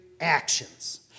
actions